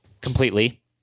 completely